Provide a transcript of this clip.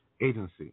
Agency